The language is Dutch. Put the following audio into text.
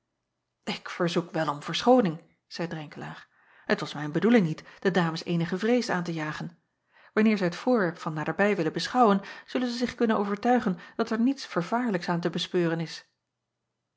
k verzoek wel om verschooning zeî renkelaer het was mijn bedoeling niet de dames eenige vrees aan te jagen anneer zij het voorwerp van naderbij willen beschouwen zullen zij zich kunnen overtuigen dat er niets vervaarlijks aan te bespeuren is